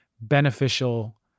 beneficial